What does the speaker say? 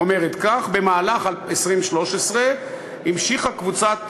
אומרת כך: במהלך 2013 המשיכה קבוצת "אסם"